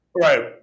Right